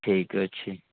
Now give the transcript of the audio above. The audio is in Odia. ଠିକ୍ ଅଛି